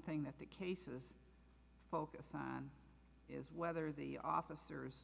thing that the cases focus on is whether the officers